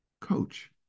coach